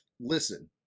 listen